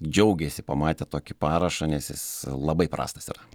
džiaugėsi pamatę tokį parašą nes jis labai prastas yra